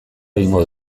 egingo